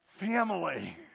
family